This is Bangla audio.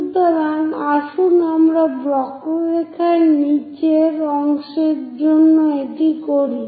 সুতরাং আসুন আমরা বক্ররেখার নিচের অংশের জন্যও এটি করি